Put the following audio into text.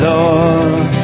Lord